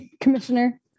Commissioner